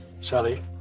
Sally